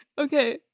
okay